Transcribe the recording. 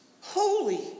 Holy